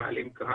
מעלים כאן.